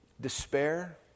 Despair